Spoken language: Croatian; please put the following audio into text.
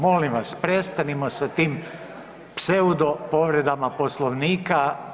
Molim vas, prestanimo sa tim pseudo povredama Poslovnika.